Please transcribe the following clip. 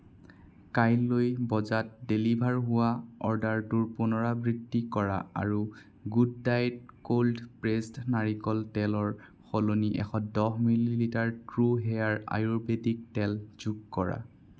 কাইলৈ বজাত ডেলিভাৰ হোৱা অৰ্ডাৰটোৰ পুনৰাবৃত্তি কৰা আৰু গুড ডায়েট কোল্ড প্ৰেছড নাৰিকল তেলৰ সলনি এশ দহ মিলিলিটাৰ ট্ৰু হেয়াৰ আয়ুৰ্বেদিক তেল যোগ কৰা